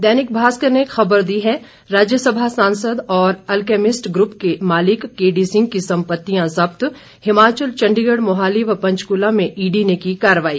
दैनिक भास्कर ने खबर दी है राज्यसभा सांसद और अलकेमिस्ट ग्रुप के मालिक केडी सिंह की संपतियां ज़ब्त हिमाचल चंडीगढ़ मोहाली व पंचकुला में ईडी ने की कार्रवाई